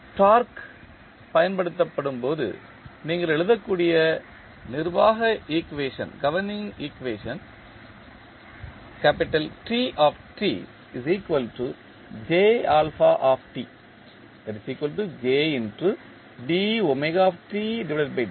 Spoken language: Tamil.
மற்றும் டார்க்கு பயன்படுத்தப்படும்போது நீங்கள் எழுதக்கூடிய நிர்வாக ஈக்குவேஷன் ஆகும்